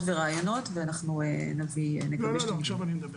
ורעיונות ואנחנו נגבש ונביא את המתווה.